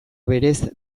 berez